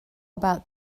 about